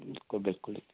ਬਿਲਕੁਲ ਬਿਲਕੁਲ